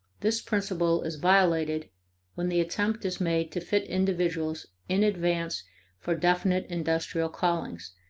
this principle is violated when the attempt is made to fit individuals in advance for definite industrial callings,